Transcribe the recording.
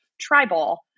tribal